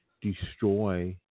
destroy